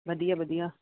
ਵਧੀਆ ਵਧੀਆ